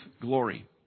glory